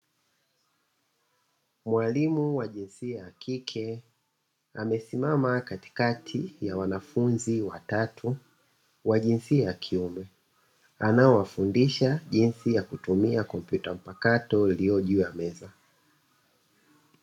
Mwalimu wa jinsia ya kike amesimama katikati ya wanafunzi watatu wa jinsia ya kiume anaowafundisha jinsi ya kutumia kompyuta mpakato iliyo juu ya meza.